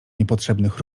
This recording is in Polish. niepotrzebnych